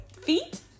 Feet